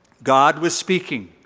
god was speaking